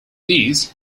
these